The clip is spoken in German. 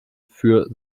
für